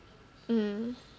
mm